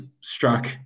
struck